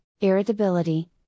irritability